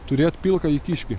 turėt pilkąjį kiškį